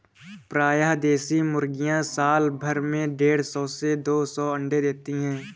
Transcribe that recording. प्रायः देशी मुर्गियाँ साल भर में देढ़ सौ से दो सौ अण्डे देती है